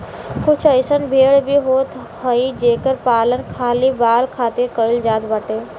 कुछ अइसन भेड़ भी होत हई जेकर पालन खाली बाल खातिर कईल जात बाटे